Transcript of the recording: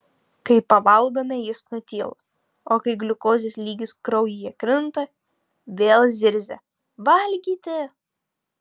kai pavalgome jis nutyla o kai gliukozės lygis kraujyje krinta vėl zirzia valgyti